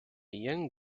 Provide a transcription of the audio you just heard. young